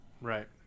Right